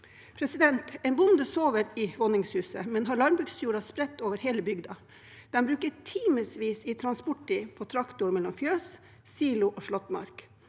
på konto? En bonde sover i våningshuset, men har landbruksjorda spredt over hele bygda. De bruker timevis i transporttid på traktor mellom fjøs, silo og slåttemark.